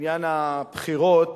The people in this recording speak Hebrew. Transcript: בעניין הבחירות,